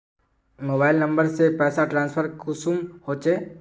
Mobile number से पैसा transfer कुंसम होचे?